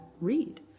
read